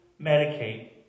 medicate